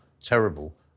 terrible